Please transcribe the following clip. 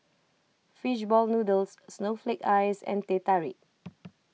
Fish Ball Noodles Snowflake Ice and Teh Tarik